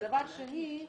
דבר שני,